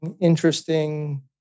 interesting